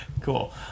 cool